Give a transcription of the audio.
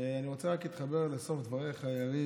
אני רוצה להתחבר לסוף דבריך, יריב,